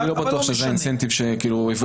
אני לא בטוח שזה האינסנטיב שהוביל אותם למקום הזה.